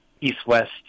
east-west